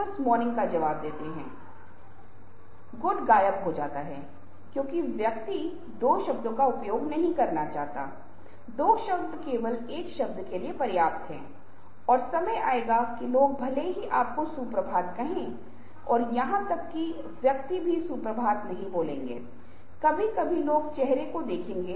कुछ चिंताएँ यह हैं कि यदि व्यक्ति को नौकरी करने की स्वतंत्रता नहीं है या उसके पास स्वयं शासन का अभाव है या व्यक्ति के पास नौकरी करने की क्षमता नहीं है या वह अपना स्वयं का काम का क्राफ्टिंग नहीं कर रहा है